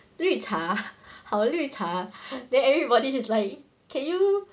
绿茶好绿茶 then everybody is like can you